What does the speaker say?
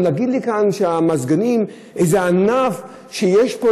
גם להגיד לי כאן שהמזגנים זה איזה ענף שיש בו